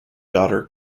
daughter